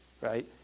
Right